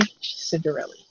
Cinderella